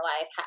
life